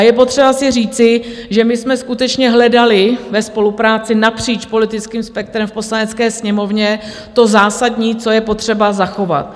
Je potřeba si říci, že jsme skutečně hledali ve spolupráci napříč politickým spektrem v Poslanecké sněmovně to zásadní, co je potřeba zachovat.